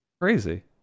Crazy